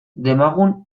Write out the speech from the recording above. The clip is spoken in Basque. demagun